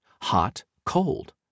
hot-cold